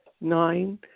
Nine